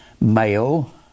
male